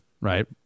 right